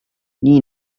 nii